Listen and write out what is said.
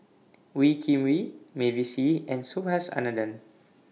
Wee Kim Wee Mavis Hee and Subhas Anandan